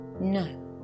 No